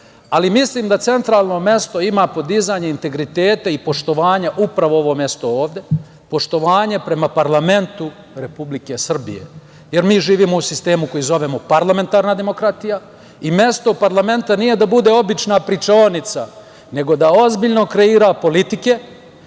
Ali, mislim da centralno mesto ima podizanje integriteta i poštovanja upravo ovo mesto ovde, poštovanje prema parlamentu Republike Srbije, jer mi živimo u sistemu koji zovemo parlamentarna demokratija i mesto parlamenta nije da bude obična pričaonica, nego da ozbiljno kreira politike